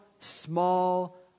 small